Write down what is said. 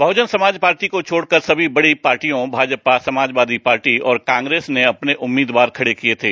बहुजन Samaj party को छोड़कर सभी बड़ी पार्टियों भाजपा समाजवादी पार्टी और कांग्रेस ने अपने उम्मीदवार खड़े किए थे